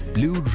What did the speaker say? Blue